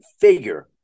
figure